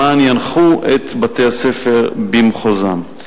למען ינחו את בתי-הספר במחוזם.